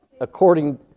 according